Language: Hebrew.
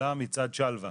עלה מצד שלווה.